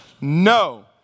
no